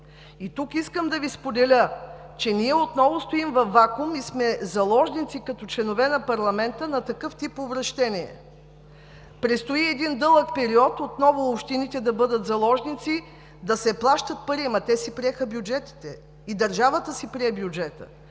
Тук искам да Ви споделя, че ние отново стоим във вакуум и сме заложници, като членове на парламента, на такъв тип обръщение. Предстои един дълъг период, през който отново общините да бъдат заложници, да плащат пари, ама те си приеха бюджетите. И държавата си прие бюджета.